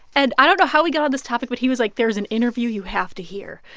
and i don't know how we got on this topic. but he was like, there's an interview you have to hear.